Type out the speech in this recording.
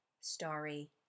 starry